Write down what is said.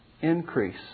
increase